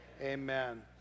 Amen